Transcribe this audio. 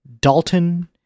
Dalton